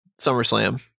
SummerSlam